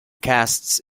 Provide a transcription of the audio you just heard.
casts